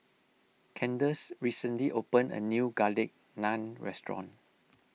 Kandace recently opened a new Garlic Naan restaurant